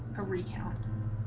a recount